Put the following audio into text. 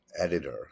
editor